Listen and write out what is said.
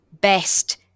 best